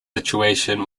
situation